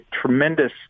tremendous